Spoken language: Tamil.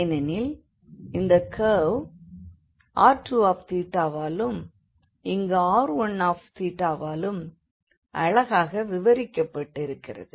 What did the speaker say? ஏனெனில் இந்த கர்வ் r2θ வாலும் இங்கு r1θவாலும் அழகாக விவரிக்கப்பட்டிருக்கிறது